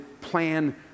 plan